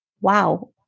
wow